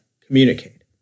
communicate